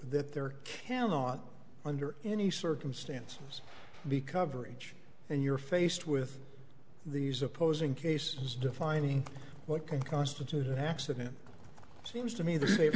that there cannot under any circumstances because every day and you're faced with these opposing case defining what can constitute an accident seems to me the same